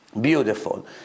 Beautiful